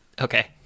Okay